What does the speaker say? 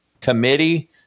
committee